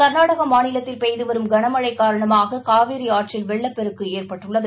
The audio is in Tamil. கள்நாடக மாநிலத்தில் பெய்து வரும் கனமழை காரணமாக காவரி ஆற்றில் வெள்ளப்பெருக்கு ஏற்பட்டுள்ளது